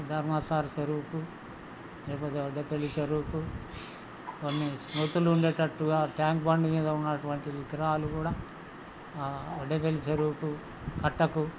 ఈ ధర్మాసాగర్ చెరువుకు లేకపోతే వడ్డేపల్లి చెరువుకు కొన్ని స్మృతులు ఉండేటట్టుగా ట్యాంక్ బండి మీద ఉన్నటువంటి విగ్రహాలు కూడా వడ్డేపల్లి చెరువుకు కట్టకు